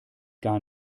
gar